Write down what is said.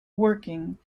working